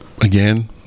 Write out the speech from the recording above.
again